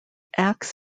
acts